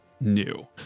new